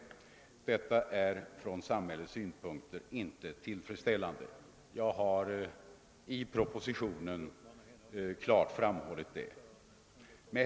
Detta är från samhällets synpunkt inte tillfredsställande — jag har i propositionen klart framhållit den saken.